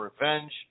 revenge